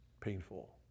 painful